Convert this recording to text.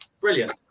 Brilliant